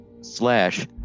slash